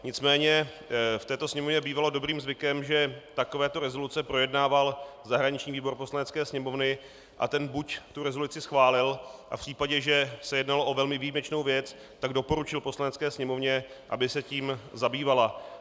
Nicméně v této Sněmovně bývalo dobrým zvykem, že takovéto rezoluce projednával zahraniční výbor Poslanecké sněmovny, a ten buď rezoluci schválil, a v případě, že se jednalo o velmi výjimečnou věc, doporučil Poslanecké sněmovně, aby se jí zabývala.